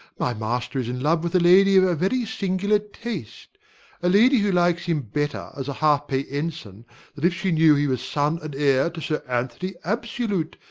my master is in love with a lady of a very singular taste a lady who likes him better as a half pay ensign than if she knew he was son and heir to sir anthony absolute,